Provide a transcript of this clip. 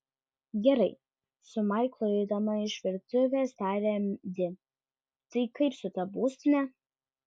gerai su maiklu eidama iš virtuvės tarė di tai kaip su ta būstine